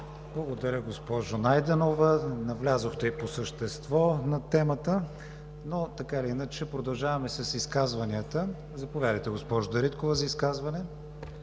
Благодаря, госпожо Найденова. Навлязохте и по същество на темата, но така или иначе, продължаваме с изказванията. Заповядайте, госпожо Дариткова, за изказване.